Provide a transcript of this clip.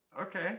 okay